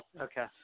Okay